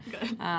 Good